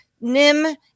Nim